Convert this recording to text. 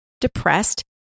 depressed